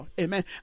amen